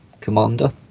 commander